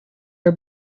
are